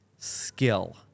skill